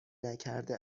نکرده